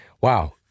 Wow